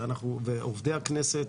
ועובדי הכנסת.